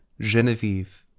genevieve